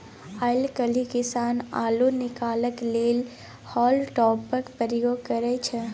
आइ काल्हि किसान अल्लु निकालै लेल हॉल टॉपरक प्रयोग करय छै